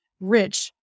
rich